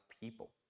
people